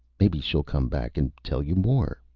maybe she'll come back and tell you more.